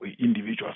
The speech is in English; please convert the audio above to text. individuals